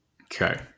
Okay